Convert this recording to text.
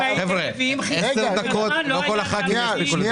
אם הייתם מביאים חיסון בזמן לא היה גל רביעי.